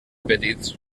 petits